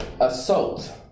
assault